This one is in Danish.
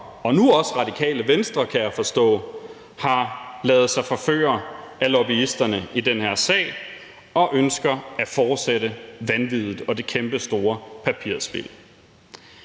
og nu også Radikale Venstre, kan jeg forstå, har ladet sig forføre af lobbyisterne i den her sag og ønsker at fortsætte vanviddet og det kæmpestore papirspild.